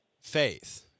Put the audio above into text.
faith